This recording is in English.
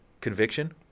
conviction